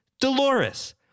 Dolores